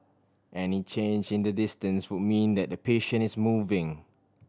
any change in the distance would mean that the patient is moving